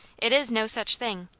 it is no such thing.